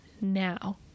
now